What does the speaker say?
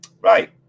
right